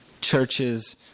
churches